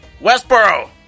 Westboro